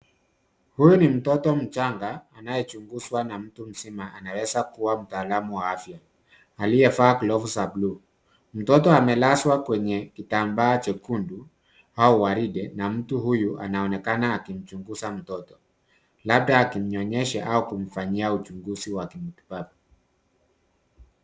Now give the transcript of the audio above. Huu ni mtoto mchanga anayechunguzwa na mtu mzima, anaweza kua mtaalamu wa afya, aliyevaa glovu za blue . Mtoto amelazwa kwenye kitambaa chekundu au waridi, na mtu huyu anaonekana akimchunguza mtoto, labda akimnyonyesha au akimfanyia uchunguzi wa kimatibabu.